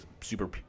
super